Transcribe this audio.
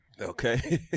Okay